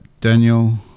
Daniel